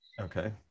Okay